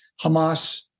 Hamas